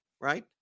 right